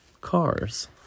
Cars